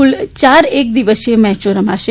કુલ ચાર એક દિવસીય મેચો રમાશે